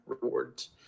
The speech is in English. rewards